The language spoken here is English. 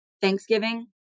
thanksgiving